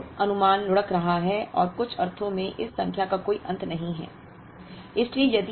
इसलिए पूर्वानुमान लुढ़क रहा है और कुछ अर्थों में इस संख्या का कोई अंत नहीं है